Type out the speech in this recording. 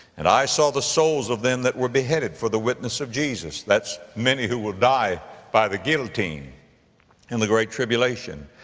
and i saw the souls of them that were beheaded for the witness of jesus. that's many who will die by the guillotine in the great tribulation.